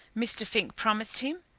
mr. fink promised him.